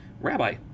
Rabbi